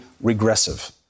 regressive